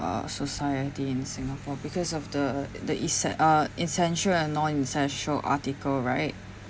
uh society in singapore because of the the esse~ uh essential and non-essential article right